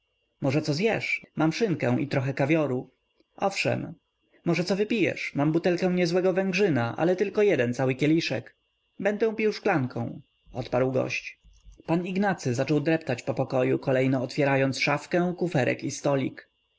może co zjesz mam szynkę i trochę kawioru owszem może co wypijesz mam butelkę niezłego węgrzyna ale tylko jeden cały kieliszek będę pił szklanką odparł gość pan ignacy zaczął dreptać po pokoju kolejno otwierając szafę kuferek i stolik